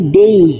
day